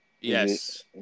Yes